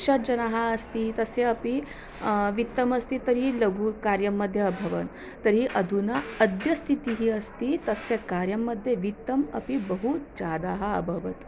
षड्जनाः अस्ति तस्य अपि वित्तमस्ति तर्हि लघुकार्यं मध्ये अभवन् तर्हि अधुना अद्य स्थितिः अस्ति तस्य कार्यं मध्ये वित्तम् अपि बहु जाताः अभवत्